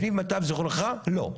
לפי מיטב זיכרונך, לא.